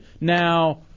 Now